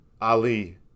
Ali